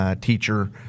teacher